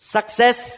Success